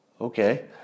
Okay